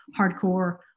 hardcore